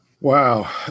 Wow